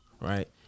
right